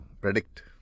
predict